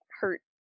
hurt